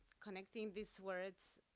connecting these words,